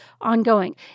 ongoing